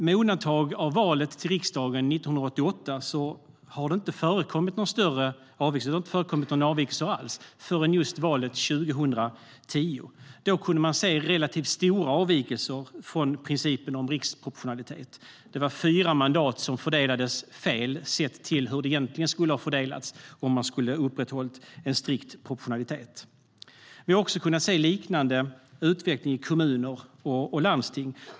Med undantag av valet till riksdagen 1988 har det inte förekommit några större avvikelser. Det har inte förekommit några avvikelser alls förrän just vid valet 2010. Då kunde man se relativt stora avvikelser från principen om riksproportionalitet. Det var fyra mandat som fördelades fel sett till hur de egentligen skulle ha fördelats om man skulle ha upprätthållit en strikt proportionalitet. Vi har kunnat se en liknande utveckling i kommuner och landsting.